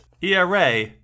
ERA